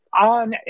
On